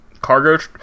cargo